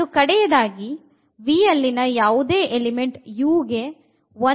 ಮತ್ತು ಕಡೆಯದಾಗಿ V ಅಲ್ಲಿನ ಯಾವುದೇ ಎಲಿಮೆಂಟ್ uಗೆ 1 ನ್ನು ಗುಣಿಸಬೇಕು